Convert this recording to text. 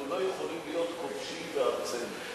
אנחנו לא יכולים להיות חופשיים בארצנו.